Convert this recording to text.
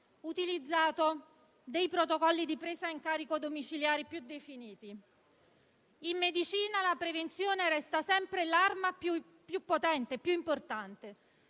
utilizzato dei protocolli di presa in carico domiciliari più definiti. In medicina la prevenzione resta sempre l'arma più potente e più importante.